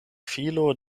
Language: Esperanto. filo